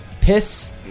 Piss